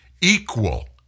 equal